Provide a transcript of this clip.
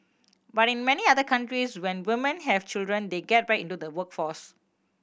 but in many other countries when women have children they get back into the workforce